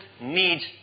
need